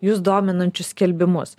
jus dominančius skelbimus